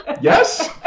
Yes